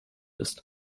ist